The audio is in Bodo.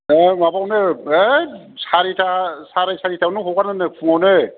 ओ माबाआवनो एद सारिता सारायसारिता आवनो हगारो नो फुङावनो